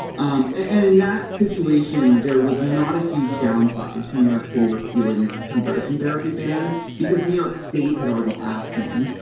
um and in that situation there was not a huge downside to new york city repealing its conversion therapy ban because new york state had already passed one.